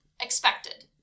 expected